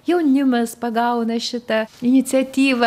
jaunimas pagauna šitą iniciatyvą